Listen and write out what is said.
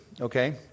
okay